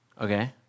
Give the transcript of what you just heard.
Okay